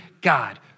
God